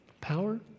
Power